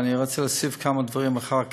אבל אני רוצה להוסיף כמה דברים אחר כך.